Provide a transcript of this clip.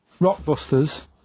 Rockbusters